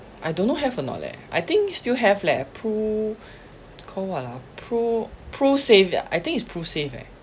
I don't know have or not leh I think still have leh pru~ call what ah pru~ prusave ah I think is prusave eh